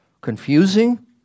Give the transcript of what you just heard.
confusing